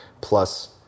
plus